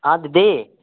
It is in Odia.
ହଁ ଦିଦି